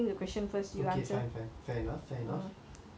okay fine fair fair enough fair enough